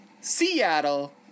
Seattle